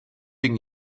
wegen